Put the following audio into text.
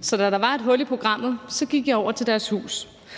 Så da der var et hul i programmet, gik jeg over til deres hus.